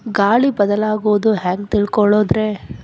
ಗಾಳಿ ಬದಲಾಗೊದು ಹ್ಯಾಂಗ್ ತಿಳ್ಕೋಳೊದ್ರೇ?